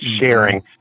sharing